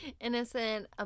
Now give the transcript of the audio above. Innocent